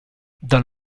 dal